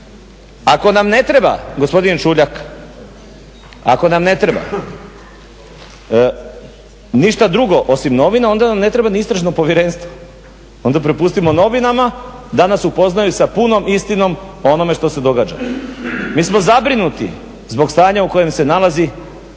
Ako nam ne treba gospodin Čuljak, ako nam ne treba ništa drugo osim novina, onda nam ne treba ni istražno povjerenstvo, onda prepustimo novinama da nas upoznaju sa punom istinom o onome što se događa. Mi smo zabrinuti zbog stanja u kojem se nalazi